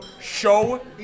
show